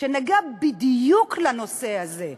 שנגעה בדיוק בנושא הזה.